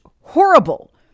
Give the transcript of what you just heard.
horrible